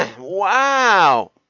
wow